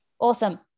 Awesome